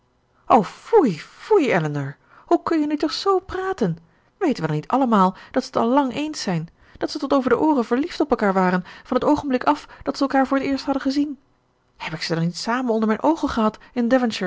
foei foei elinor hoe kun je nu toch z praten weten we dan niet allemaal dat ze t al lang eens zijn dat ze tot over de ooren verliefd op elkaar waren van t oogenblik af dat ze elkaar voor t eerst hadden gezien heb ik ze dan niet samen onder mijn oogen gehad